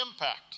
impact